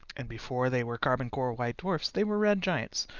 and before they were carbon-core white dwarfs, they were red giants,